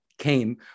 came